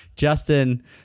Justin